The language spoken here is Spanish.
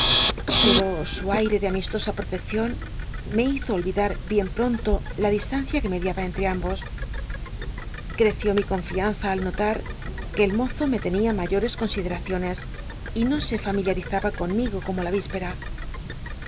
pero su aire de amistosa proteccion me hizo ohidar bien pronto la distancia que mediaba en t re ambos creció mi confianza al notar que el mozo me tenia mayores consideraciones y no se familiarizaba conm igo como la ispera